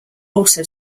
also